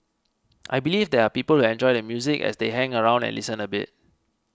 I believe there are people enjoy the music as they hang around and listen a bit